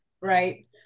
right